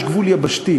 יש גבול יבשתי.